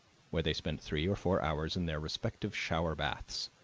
where they spent three or four hours in their respective shower baths.